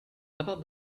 about